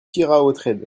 keraotred